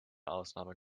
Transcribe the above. ausnahme